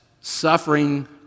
suffering